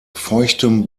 feuchtem